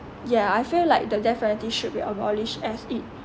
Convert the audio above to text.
ya I feel like the death penalty should be abolished as it